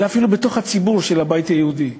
אלא אפילו בציבור של הבית היהודי,